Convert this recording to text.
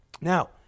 Now